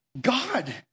God